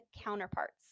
counterparts